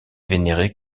vénéré